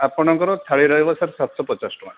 ଆପଣଙ୍କର ଥାଳି ରହିବ ସାର୍ ସାତଶହ ପଚାଶ ଟଙ୍କା